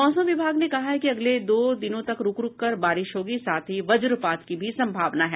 मौसम विभाग ने कहा है कि अगले दो दिनों तक रूक रूक कर बारिश होगी साथ ही वजपात की भी सम्भावना है